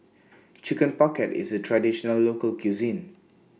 Chicken Pocket IS A Traditional Local Cuisine